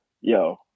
Yo